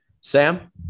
Sam